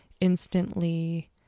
instantly